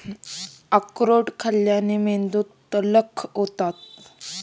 अक्रोड खाल्ल्याने मेंदू तल्लख होतो